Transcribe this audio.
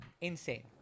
Insane